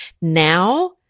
Now